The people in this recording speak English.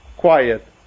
quiet